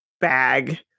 bag